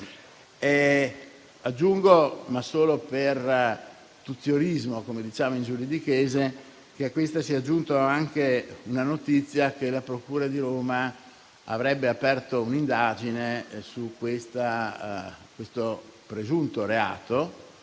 Aggiungo, ma solo per tuziorismo, come diciamo nel gergo giuridico, che a questo si è aggiunta anche la notizia che la procura di Roma avrebbe aperto un'indagine su questo presunto reato.